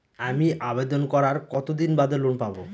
আমি আবেদন করার কতদিন বাদে লোন পাব?